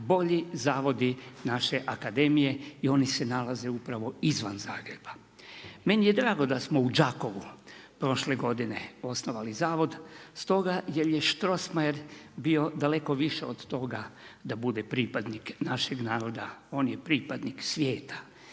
najbolji zavodi naše akademije i oni se nalaze upravo izvan Zagreba. Meni je drago da smo u Đakovu prošle godine osnovali zavod stoga jer je Strossmayer bio daleko više od toga da bude pripadnik našeg naroda. On je pripadnik svijeta,